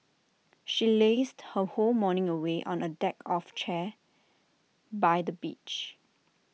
she lazed her whole morning away on A deck of chair by the beach